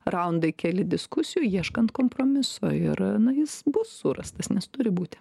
raundai keli diskusijų ieškant kompromiso ir jis bus surastas nes turi būti